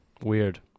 Weird